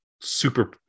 super